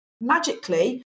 magically